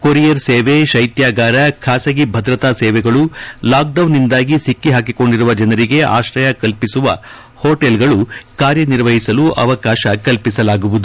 courier ಸೇವೆ ಶೈತ್ಯಾಗಾರ ಖಾಸಗಿ ಭದ್ರತಾ ಸೇವೆಗಳು ಲಾಕ್ಡೌನ್ನಿಂದಾಗಿ ಸಿಕ್ಕಿಹಾಕಿಕೊಂಡಿರುವ ಜನರಿಗೆ ಆಶ್ರಯ ಕಲ್ಪಿಸುವ ಹೋಟೆಲ್ಗಳು ಕಾರ್ಯ ನಿರ್ವಹಹಿಸಲು ಅವಕಾಶ ಕಲ್ಪಿಸಲಾಗುವುದು